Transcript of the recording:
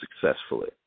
successfully